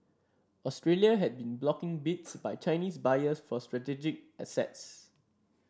Australia had been blocking bids by Chinese buyers for strategic assets